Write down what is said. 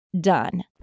done